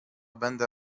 będę